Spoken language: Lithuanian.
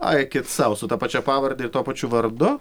aikit sau su ta pačia pavarde ir tuo pačiu vardu